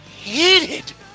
hated